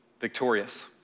victorious